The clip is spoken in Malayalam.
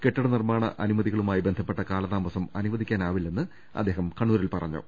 കെട്ടിട നിർമ്മാണ അനുമതികളുമായി ബന്ധപ്പെട്ട കാലതാമസം അനുവദി ക്കാനാവില്ലെന്നും അദ്ദേഹം കണ്ണൂരിൽ പറഞ്ഞു